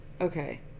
okay